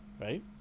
right